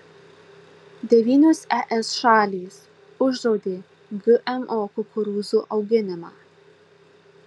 devynios es šalys uždraudė gmo kukurūzų auginimą